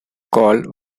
call